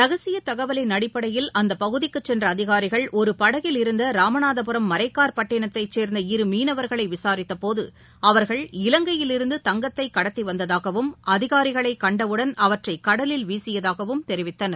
ரகசிய தகவலின் அடிப்படையில் அந்த பகுதிக்குச் சென்ற அதிகாரிகள் ஒரு படகிலிருந்த போது அவர்கள் ராமநாதபுரம் மரைக்கார்பட்டினத்தைச் சேர்ந்த இரு மீனவர்களை விசாரித்த இலங்கையிலிருந்து தங்கத்தை கடத்தி வந்ததாகவும் அதிகாரிகளை கண்டவுடன் அவற்றை கடலில் வீசியதாகவும் தெரிவித்தனர்